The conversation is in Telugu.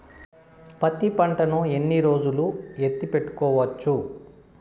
పత్తి పంటను ఎన్ని రోజులు ఎత్తి పెట్టుకోవచ్చు?